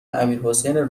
امیرحسین